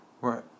right